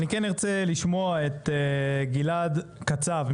אני כן ארצה לשמוע את גלעד קצב,